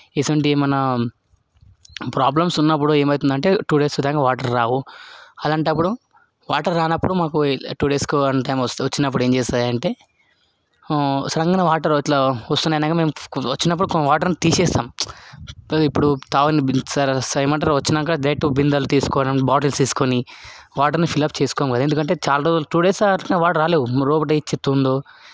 ఇటువంటి మన ప్రాబ్లమ్స్ ఉన్నప్పుడు ఏమవుతుందంటే టూ డేస్ దాకా వాటర్ రావు అలాంటప్పుడు వాటర్ రానప్పుడు మాకు టు డేస్కి వన్ టైం వస్తుంది వచ్చినప్పుడు ఏం చేస్తారంటే సడన్గా వాటర్ ఇట్లా వస్తున్నాయి అనగా మేము వచ్చినప్పుడు కొన్ని వాటర్ని తీసేస్తాం ఇప్పుడు ఏమంటారు తాగు వచ్చినాక డైరెక్ట్ బిందెలు తీసుకోవడం బాటిల్స్ తీసుకొని వాటర్ని ఫిలప్ చేసుకోము కదా ఎందుకంటే చాలా రోజులు టు డేస్ అట్లా వాటర్ రాలేదు లోపల ఏం చెత్త ఉందో